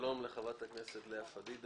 שלום לחברת הכנסת לאה פדידה.